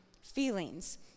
feelings